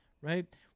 right